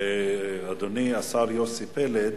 ואדוני השר יוסי פלד,